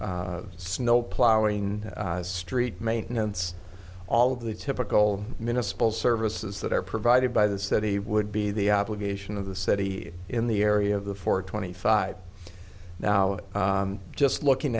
snowplowing street maintenance all of the typical miniscule services that are provided by the city would be the obligation of the city in the area of the four twenty five now just looking